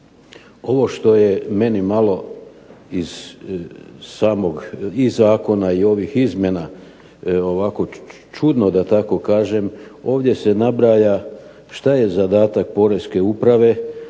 Ono što je meni malo iz Zakona i samih izmjena, čudno da tako kažem, ovdje se nabraja što je zadatak poreske uprave,